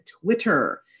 Twitter